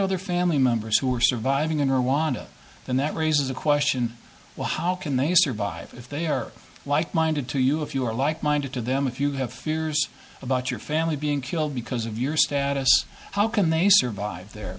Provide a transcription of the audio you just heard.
other family members who were surviving in rwanda then that raises the question well how can they survive if they are like minded to you if you are like minded to them if you have fears about your family being killed because of your status how can they survive there